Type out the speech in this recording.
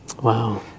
Wow